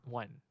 one